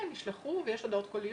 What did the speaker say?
נשלחו, ויש הודעות קוליות.